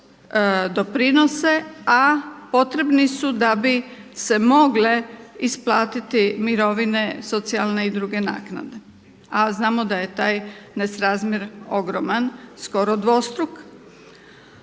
doprinose a potrebni su da bi se mogle isplatiti mirovine socijalne i druge naknade a znamo da je taj nesrazmjer ogroman, skoro dvostruk.